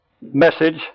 message